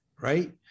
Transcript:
right